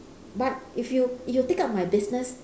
but if you if you take up my business